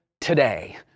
today